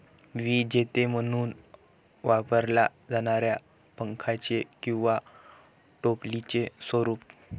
विजेते म्हणून वापरल्या जाणाऱ्या पंख्याचे किंवा टोपलीचे स्वरूप